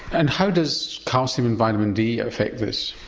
and how does calcium and vitamin d affect this?